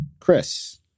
Chris